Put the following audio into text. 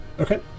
Okay